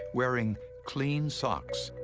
wearing clean socks.